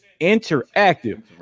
interactive